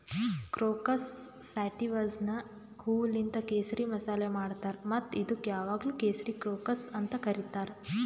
crocus ಸ್ಯಾಟಿವಸ್ನ ಹೂವೂಲಿಂತ್ ಕೇಸರಿ ಮಸಾಲೆ ಮಾಡ್ತಾರ್ ಮತ್ತ ಇದುಕ್ ಯಾವಾಗ್ಲೂ ಕೇಸರಿ ಕ್ರೋಕಸ್ ಅಂತ್ ಕರಿತಾರ್